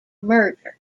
merger